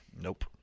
Nope